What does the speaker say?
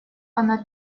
она